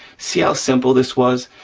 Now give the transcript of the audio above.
see how simple this was?